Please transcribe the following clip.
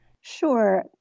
sure